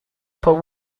port